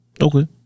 Okay